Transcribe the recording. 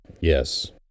Yes